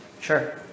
Sure